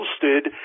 posted